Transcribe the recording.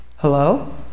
Hello